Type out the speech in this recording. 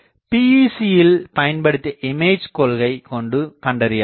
எனவே PEC யில் பயன்படுத்திய இமேஜ் கொள்கை கொண்டு கண்டறியலாம்